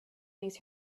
these